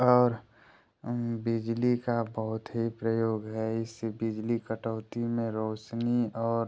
और बिजली का बहुत ही प्रयोग है इससे बिजली कटौती में रौशनी और